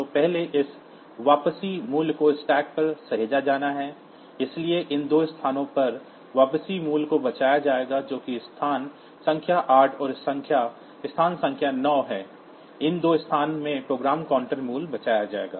तो पहले इस वापसी मूल्य को स्टैक पर सहेजा जाना है इसलिए इन दो स्थानों पर वापसी मूल्य को बचाया जाएगा जो कि स्थान संख्या 8 और स्थान संख्या 9 है इन दो स्थानों में प्रोग्राम काउंटर मूल्य बचाया जाएगा